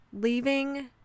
leaving